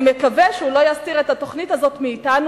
אני מקווה שהוא לא יסתיר את התוכנית הזו מאתנו